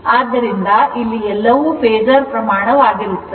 ಆದ್ದರಿಂದ ಇಲ್ಲಿ ಎಲ್ಲವೂ ಫೇಸರ್ ಪ್ರಮಾಣ ಆಗಿರುತ್ತದೆ